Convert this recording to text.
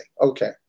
Okay